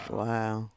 wow